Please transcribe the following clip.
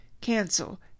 cancel